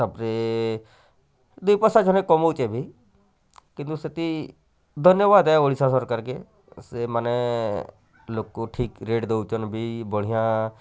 ତାପରେ ଦି ପଇସା ହେଲେ କମଉଚେ ଭି କିନ୍ତୁ ସେଠି ଧନ୍ୟବାଦ୍ ହେ ଓଡ଼ିଶା ସରକାର୍ କେ ସେମାନେ ଲୋକ ଠିକ୍ ରେଟ୍ ଦଉଛନ୍ ବି ବଢ଼ିଆ